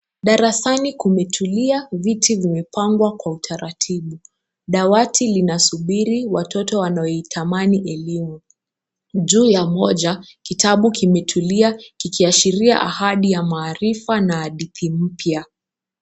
Darasani kumetulia viti vimepangwa kwa utaratibu. Dawati linasubiri watoto wanaoitamani elimu. Juu ya moja kitabu kimetulia kikiashiria ahadi ya maarifa na hadithi mpya.